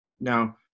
Now